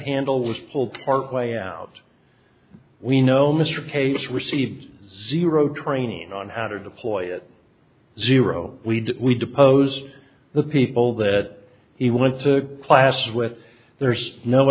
handle was pulled partway out we know mr case received zero training on how to deploy it zero we did we depose the people that he went to class with there's no